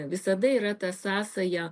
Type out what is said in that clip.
visada yra ta sąsaja